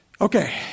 Okay